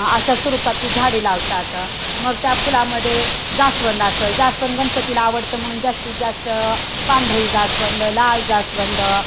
अशा स्वरूपातील झाडे लावतात मग त्या फुलामध्ये जास्वंद असेल जास्वंद गणपतीला आवडतं म्हणून जास्तीत जास्त पांढरी जास्वंद लाल जास्वंद